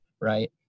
right